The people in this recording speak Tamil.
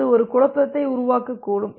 எனவே அது ஒரு குழப்பத்தை உருவாக்கக்கூடும்